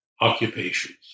occupations